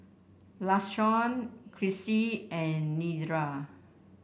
Lashawn Chrissie and Nedra